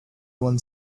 won